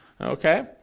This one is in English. Okay